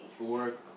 Work